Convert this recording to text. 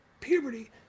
puberty